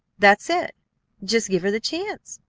that's it just give her the chance.